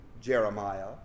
Jeremiah